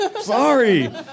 Sorry